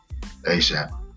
ASAP